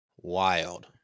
Wild